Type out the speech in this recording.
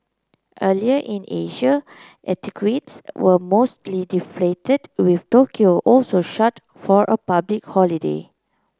earlier in Asia equities were mostly deflated with Tokyo also shut for a public holiday